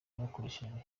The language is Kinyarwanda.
bwakoreshejwe